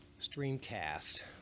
Streamcast